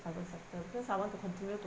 private sector because I want to continue to